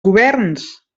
governs